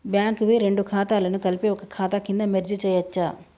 Bank వి రెండు ఖాతాలను కలిపి ఒక ఖాతా కింద మెర్జ్ చేయచ్చా?